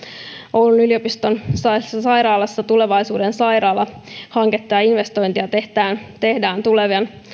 oulun yliopiston sairaalassa tulevaisuuden sairaala hanketta ja investointeja tehdään tulevien